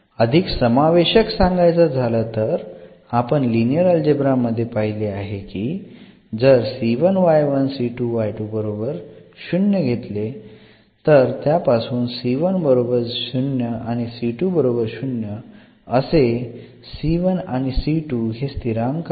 अधिक समावेशक सांगायचं झालं तर आपण लिनिअर अलजेब्रा मध्ये पहिले आहे की जर इथे आणि हे स्थिरांक आहेत